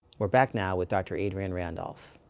we're back now, with dr. adrienne randolph.